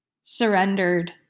Surrendered